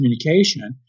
communication